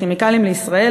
"כימיקלים לישראל",